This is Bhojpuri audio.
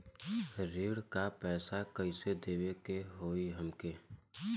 ऋण का पैसा कइसे देवे के होई हमके?